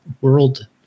world